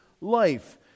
life